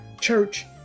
Church